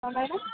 madam